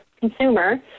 consumer